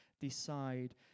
decide